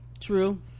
True